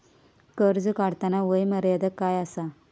कर्ज काढताना वय मर्यादा काय आसा?